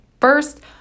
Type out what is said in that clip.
First